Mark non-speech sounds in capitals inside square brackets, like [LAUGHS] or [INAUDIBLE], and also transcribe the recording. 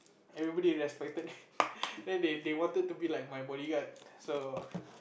everybody respected [LAUGHS] then they they wanted to be like my bodyguard so